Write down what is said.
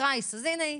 קרייס, אז הנה היא.